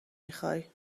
میخوای